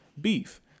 beef